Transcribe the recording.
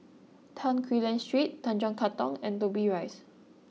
Tan Quee Lan Street Tanjong Katong and Dobbie Rise